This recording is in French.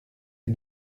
est